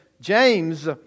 James